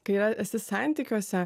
kai yra esi santykiuose